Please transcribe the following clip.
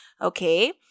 Okay